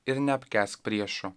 ir neapkęsk priešo